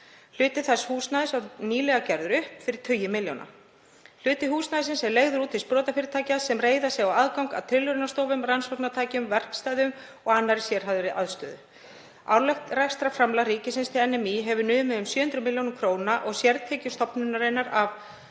Hluti þess húsnæðis var nýlega gerður upp fyrir tugi milljóna. Hluti húsnæðisins er leigður út til sprotafyrirtækja sem reiða sig á aðgang að tilraunastofum, rannsóknartækjum, verkstæðum og annarri sérhæfðri aðstöðu. Árlegt rekstrarframlag ríkisins til NMÍ í hefur numið um 700 millj. kr. og sértekjur stofnunarinnar af